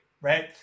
right